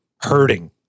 hurting